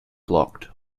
blocked